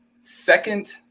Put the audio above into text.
second